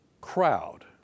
crowd